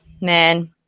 man